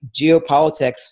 geopolitics